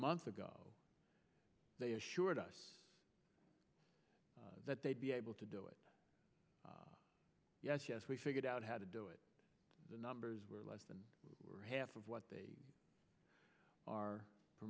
ago they assured us that they'd be able to do it yes yes we figured out how to do it the numbers were less than half of what they are for